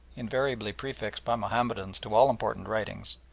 invariably prefixed by mahomedans to all important writings,